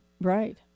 Right